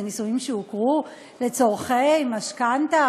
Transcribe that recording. אלה נישואים שהוכרו לצורכי משכנתה,